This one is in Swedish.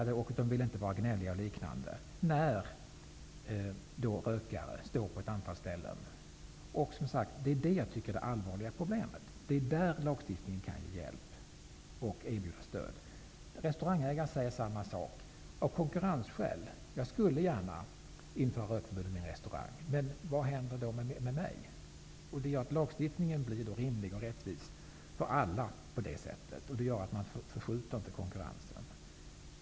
De vill inte vara gnälliga när det finns rökare på ett antal ställen. Det är det allvarliga problemet. Det är där lagstiftningen kan ge hjälp och erbjuda stöd. Restaurangägare säger samma sak. De säger att de gärna skulle vilja införa rökförbud, men att det av konkurrensskäl inte är möjligt. En lagstiftning gör att det blir rättvist för alla. Den gör att konkurrensen inte förskjuts.